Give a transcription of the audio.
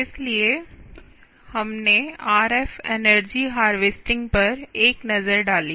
इसलिए हमने RF energy harvesting पर एक नज़र डाली